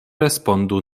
respondu